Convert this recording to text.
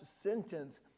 sentence